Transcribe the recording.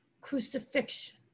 crucifixion